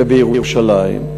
ובירושלים.